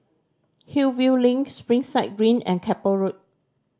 Hillview Link Springside Green and Keppel Road